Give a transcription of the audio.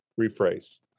rephrase